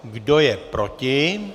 Kdo je proti?